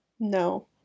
No